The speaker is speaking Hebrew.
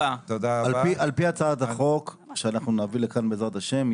על-פי הצעת החוק שאנחנו נביא לכן בעזרת השם,